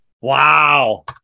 Wow